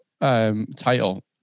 title